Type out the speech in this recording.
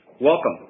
Welcome